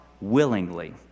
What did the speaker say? willingly